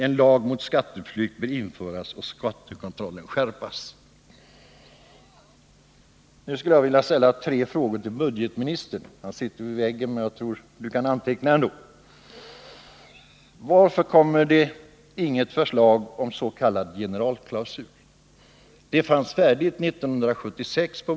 En lag mot skatteflykt bör införas och skattekontrollen förstärkas. Till sist skulle jag vilja ställa tre frågor till budgetministern. Han sitter vid väggen, ser jag, men jag hoppas att han kan anteckna frågorna ändå. 1. Varför kommer det inget förslag om s.k. generalklausul? Ett förslag fanns färdigt våren 1976.